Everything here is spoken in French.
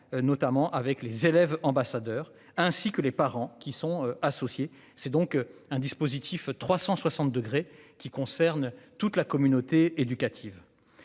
notamment avec les élèves ambassadeurs ainsi que les parents qui sont associés. C'est donc un dispositif 360 degrés qui concerne toute la communauté éducative.